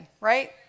right